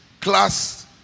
class